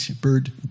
bird